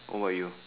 what you